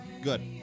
Good